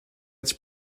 its